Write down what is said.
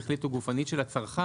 שכלית או גופנית של הצרכן.